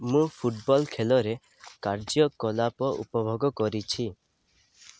ମୁଁ ଫୁଟବଲ୍ ଖେଲରେ କାର୍ଯ୍ୟକଳାପ ଉପଭୋଗ କରିଛି